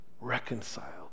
reconciled